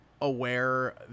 aware